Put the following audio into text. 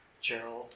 Gerald